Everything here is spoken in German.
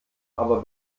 aber